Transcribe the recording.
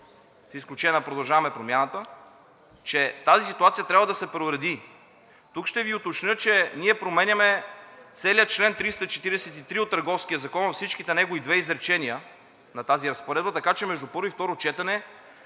с изключение на „Продължаваме Промяната“, че тази ситуация трябва да се преуреди. Тук ще Ви уточня, че ние променяме целия чл. 343 от Търговския закон във всичките негови две изречения на тази разпоредба, така че между първо и второ четене